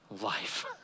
life